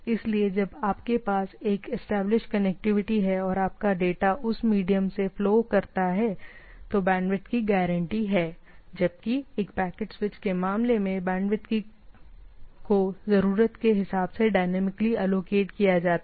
इसलिए जब आपके पास एक एस्टेब्लिश कनेक्टिविटी है और आपका डेटा उस मीडियम से फ्लो करता है तो बैंडविड्थ की गारंटी है जबकि एक पैकेट स्विच के मामले में बैंडविड्थ को जरूरत के हिसाब से डायनामिकली एलोकेट किया जाता है राइट